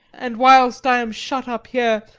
and whilst i am shut up here,